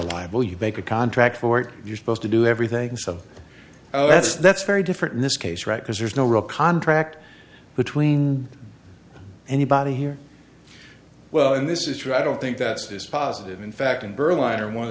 liable you make a contract for you supposed to do everything so oh that's that's very different in this case right because there's no real contract between anybody here well and this is true i don't think that's dispositive in fact in berlin or one of